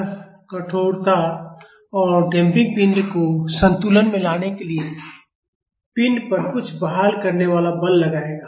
तो क्या होता है जब कोई बल इसे दाईं ओर दिशा में खींचने की कोशिश कर रहा है तो क्या होगा यह कठोरता और डैम्पिंग पिंड को संतुलन में लाने के लिए पिंड पर कुछ बहाल करने वाला बल लगाएगा